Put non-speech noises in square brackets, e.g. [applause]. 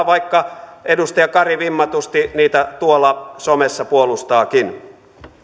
[unintelligible] vaikka edustaja kari vimmatusti niitä tuolla somessa puolustaakin